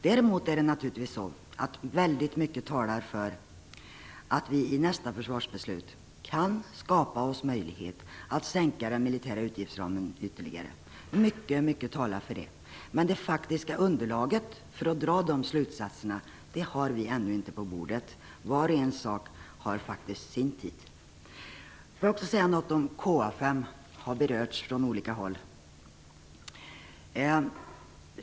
Väldigt mycket talar däremot för att vi i nästa försvarsbeslut kan skapa oss möjlighet att sänka den militära utgiftsramen ytterligare. Mycket talar för det. Men det faktiska underlaget för att dra de slutsatserna har ännu inte lagts på bordet. Var sak har faktiskt sin tid. KA 5 har berörts från olika håll.